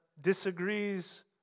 disagrees